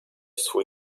swój